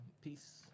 peace